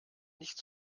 nicht